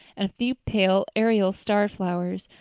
and a few pale, aerial starflowers,